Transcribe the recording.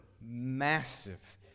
massive